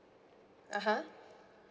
(uh huh)